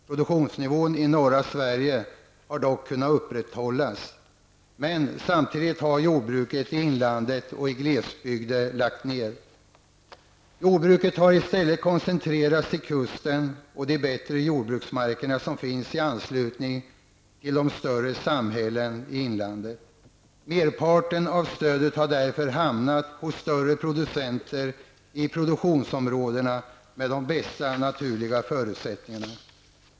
Produktionsnivån i norra Sverige har dock kunnat upprätthållas. Men samtidigt har jordbruket i inlandet och i glesbygder lagts ned. Jordbruket har i stället koncentrerats till kusten och de bättre jordbruksmarker som finns i anslutning till större samhällen i inlandet. Merparten av stödet har därför hamnat hos större producenter i produktionsområden med de bästa naturliga förutsättningarna.